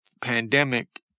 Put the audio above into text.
pandemic